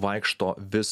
vaikšto vis